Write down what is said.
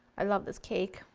i love this cake,